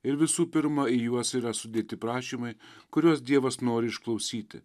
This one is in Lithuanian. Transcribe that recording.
ir visų pirma į juos yra sudėti prašymai kuriuos dievas nori išklausyti